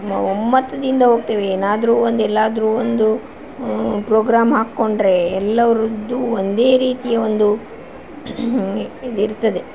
ಒಮ್ಮತದಿಂದ ಹೋಗ್ತೇವೆ ಏನಾದರು ಒಂದು ಎಲ್ಲಾದರು ಒಂದು ಪ್ರೋಗ್ರಾಮ್ ಹಾಕ್ಕೊಂಡರೆ ಎಲ್ಲರದ್ದೂ ಒಂದೇ ರೀತಿಯ ಒಂದು ಇದಿರ್ತದೆ